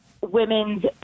women's